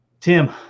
Tim